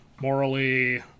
morally